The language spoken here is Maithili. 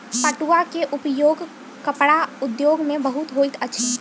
पटुआ के उपयोग कपड़ा उद्योग में बहुत होइत अछि